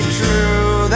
true